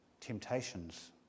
temptations